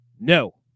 No